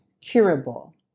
curable